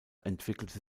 entwickelte